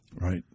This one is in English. Right